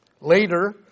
Later